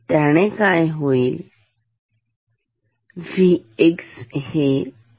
मग काय होईल